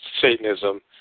Satanism